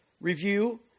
review